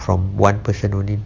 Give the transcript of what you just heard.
from one person only